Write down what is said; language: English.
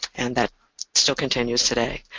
and that still continues today.